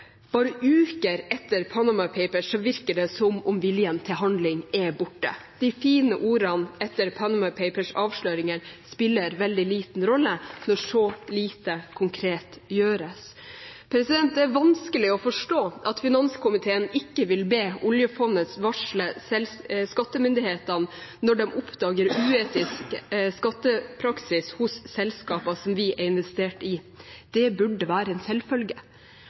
Bare uker etter Panama Papers virker det som om viljen til handling er borte. De fine ordene etter Panama Papers’ avsløringer spiller veldig liten rolle når så lite konkret gjøres. Det er vanskelig å forstå at finanskomiteen ikke vil be oljefondet varsle skattemyndighetene når de oppdager uetisk skattepraksis hos selskapene de har investert i. Det burde være en selvfølge.